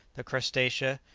the crustacea,